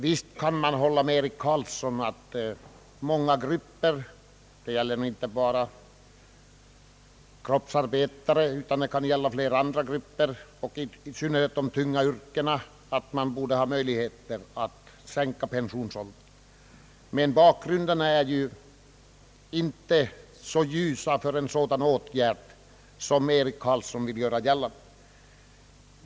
Visst kan man hålla med herr Carlsson om att det finns skäl som talar för att sänka pensionsåldern för många grupper — det gäller inte bara kroppsarbetarna utan många andra inom de tunga yrkena. Bakgrunden för en sådan åtgärd är emellertid inte så ljus som herr Eric Carlsson vill göra gällande.